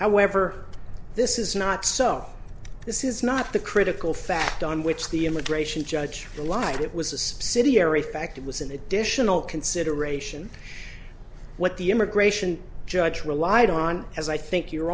however this is not so this is not the critical fact on which the immigration judge lived it was a subsidiary fact it was an additional consideration what the immigration judge relied on as i think your